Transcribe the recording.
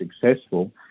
successful